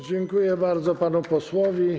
Dziękuję bardzo panu posłowi.